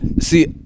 See